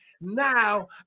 Now